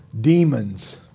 demons